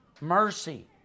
mercy